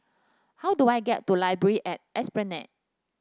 how do I get to library at Esplanade